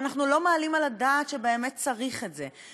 ואנחנו לא מעלים על הדעת שבאמת צריך את זה.